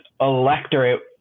electorate